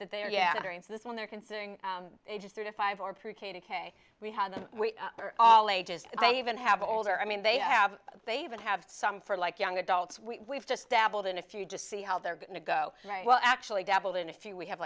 that they're yattering so that's when they're considering ages three to five or pre k to k we had all ages they even have older i mean they have they even have some for like young adults we just dabbled in a few just see how they're going to go well actually dabbled in a few we have